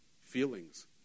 feelings